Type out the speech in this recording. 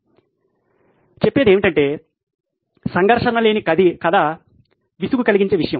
కాబట్టి చెప్పేది ఏమిటంటే సంఘర్షణ లేని కథ విసుగు కలిగించే విషయం